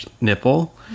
nipple